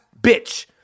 bitch